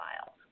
file